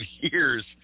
years